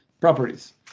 properties